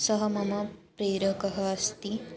सः मम प्रेरकः अस्ति